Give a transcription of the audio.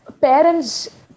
parents